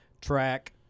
track